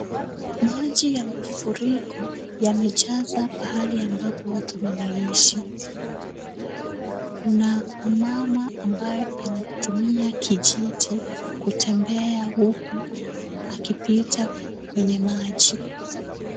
Maji ya mfiriko, yamejaza pahali ambapo watu wanaishi. Kuna mama ambaye anatumia kijiti kutembea huku, akipita kwenye maji.